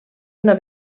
una